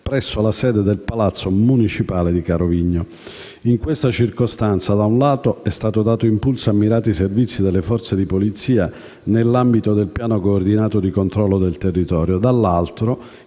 presso la sede del palazzo municipale di Carovigno. In tale circostanza, da un lato, è stato dato impulso a mirati servizi delle forze di polizia nell'ambito del piano coordinato di controllo del territorio, dall'altro,